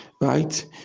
right